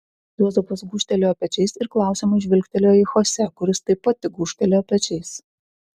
juozapas gūžtelėjo pečiais ir klausiamai žvilgtelėjo į chose kuris taip pat tik gūžtelėjo pečiais